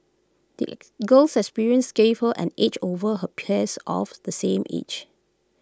the girl's experiences gave her an edge over her peers of the same age